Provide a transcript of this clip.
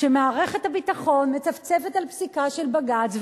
שמערכת הביטחון מצפצפת על פסיקה של בג"ץ,